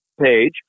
page